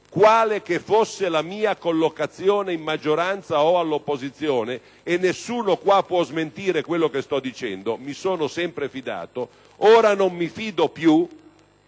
quale che fosse la mia collocazione, nella maggioranza o all'opposizione, e nessuno qui può smentire quello che sto dicendo. Mi sono sempre fidato, ma ora non lo farò più,